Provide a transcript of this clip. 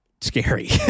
scary